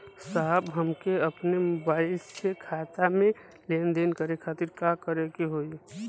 साहब हमके अपने मोबाइल से खाता के लेनदेन करे खातिर का करे के होई?